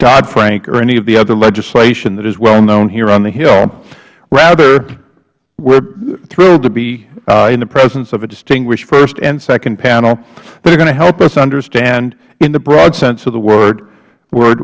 doddfrank or any of the other legislation that is well known here on the hill rather we are thrilled to be in the presence of a distinguished first and second panel that are going to help us understand in the broad sense of the word w